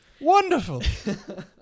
Wonderful